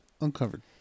Uncovered